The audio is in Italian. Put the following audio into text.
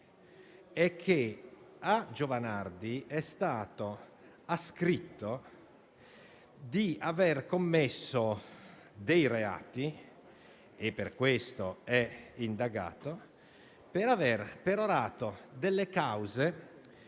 A Giovanardi è stato ascritto di aver commesso dei reati, per i quali è indagato, avendo perorato delle cause